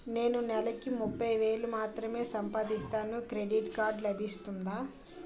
నేను నెల కి ముప్పై వేలు మాత్రమే సంపాదిస్తాను క్రెడిట్ కార్డ్ లభిస్తుందా?